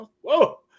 Whoa